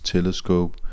Telescope